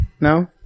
No